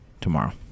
tomorrow